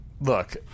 Look